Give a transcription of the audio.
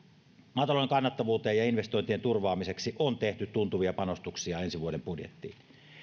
maatalouden kannattavuuteen ja ja investointien turvaamiseksi on tehty tuntuvia panostuksia ensi vuoden budjettiin